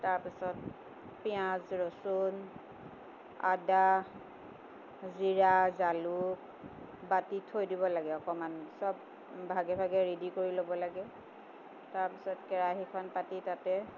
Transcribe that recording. তাৰপিছত পিঁয়াজ ৰচুন আদা জীৰা জালুক বাতি থৈ দিব লাগে অকণমান চব ভাগে ভাগে ৰেডি কৰি ল'ব লাগে তাৰপিছত কেৰাহীখন পাতি তাতে